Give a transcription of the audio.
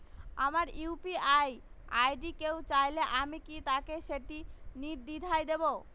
আমার UPI ID কেউ চাইলে কি আমি তাকে সেটি নির্দ্বিধায় দেব?